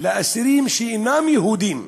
לאסירים שאינם יהודים,